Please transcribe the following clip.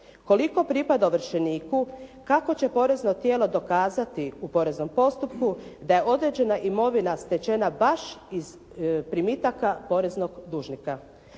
koliko pripada ovršeniku, kako će porezno tijelo dokazati u poreznom postupku da je određena imovina stečena baš iz primitaka poreznog dužnika.